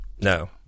No